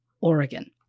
Oregon